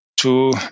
two